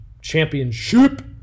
championship